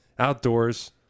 Outdoors